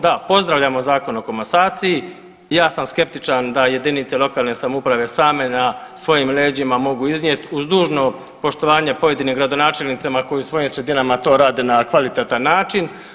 Da, pozdravljamo Zakon o komasaciji, ja sam skeptičan da jedinice lokalne samouprave same na svojim leđima mogu iznijet uz dužno poštovanje pojedinim gradonačelnicima koji u svojim sredinama to rade na kvalitetan način.